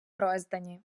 роздані